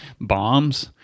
bombs